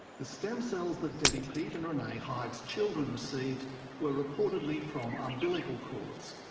the stem cells that debbie peat and renee hyde's children received were reportedly from umbilical cords.